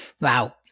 Wow